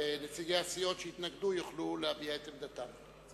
נציגי הסיעות שהתנגדו יוכלו להביע את עמדתם.